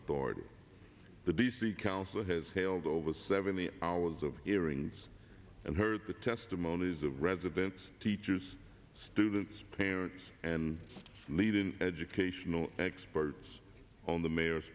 authority the d c council has held over seventy hours of hearings and heard the testimonies of residents teachers students parents and lead an educational experts on the mayor's